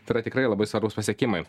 tai yra tikrai labai svarūs pasiekimai